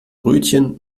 brötchen